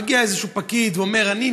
מגיע איזשהו פקיד ואומר: אני,